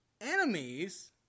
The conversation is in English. enemies